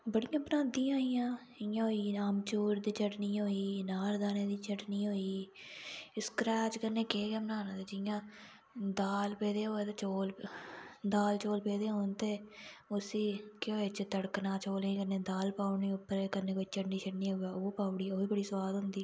बड़ियां बनांदियां हियां ते इंया आम चूर दी चटनी होई अनारदाने दी चटनी होई स्क्रैच कन्नै केह् होना जियां दाल पेदी होऐ ते चौल दाल चौल पेदे होन ते उसी घिओ कन्नै चड़कना ते घिओ कन्नै दाल पाई ओड़नी ते कन्नै कोई चटनी होऐ ते ओह्बी पाई ओड़ी ओह्बी बड़ी सोआद होंदी